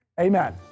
Amen